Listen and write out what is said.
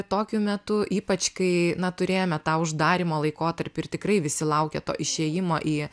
tokiu metu ypač kai na turėjome tą uždarymo laikotarpį ir tikrai visi laukė to išėjimo į